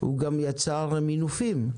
הוא גם יצר מינופים.